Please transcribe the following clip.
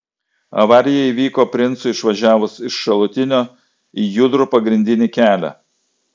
avarija įvyko princui išvažiavus iš šalutinio į judrų pagrindinį kelią